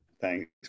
Thanks